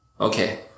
Okay